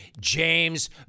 James